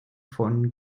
von